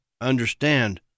understand